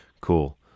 Cool